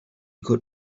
could